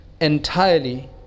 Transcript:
entirely